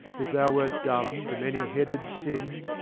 if thou wert dumb to many-headed sin,